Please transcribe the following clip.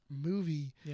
movie